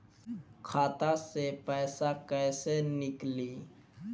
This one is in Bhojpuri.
खाता से पैसा कैसे नीकली?